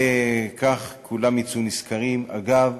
וכך כולם יצאו נשכרים, אגב,